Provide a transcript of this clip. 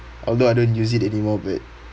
although I don't use it anymore but